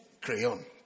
crayon